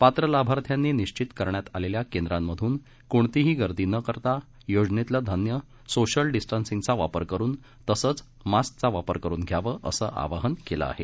पात्र लाभार्थ्यांनी निश्वित करण्यात आलेल्या केंद्रामधून कोणतीही गर्दी न करता योजनेतील धान्य सोशल डिस्टन्सिंगचा वापर करून तसेच मास्कचा वापर करून धान्य घ्यावं असं आवाहन करण्यात आलं आहे